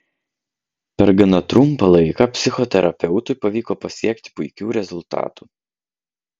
per gana trumpą laiką psichoterapeutui pavyko pasiekti puikių rezultatų